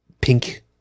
Pink